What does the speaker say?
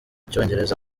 icyongereza